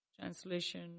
Translation